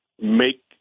make